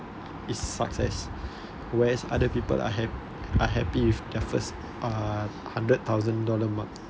is success whereas other people are are happy with their first uh hundred thousand dollar mark